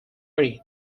ready